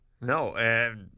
No